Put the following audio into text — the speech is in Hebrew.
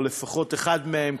או לפחות אחד מהם,